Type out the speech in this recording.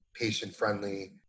patient-friendly